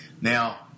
Now